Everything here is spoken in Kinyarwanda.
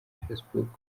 facebook